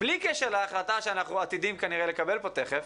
בלי קשר להחלטה שאנחנו עתידים כנראה לקבל פה תיכף,